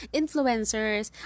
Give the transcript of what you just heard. influencers